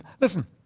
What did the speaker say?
listen